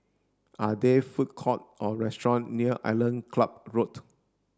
are there food court or restaurant near Island Club Road